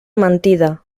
mentida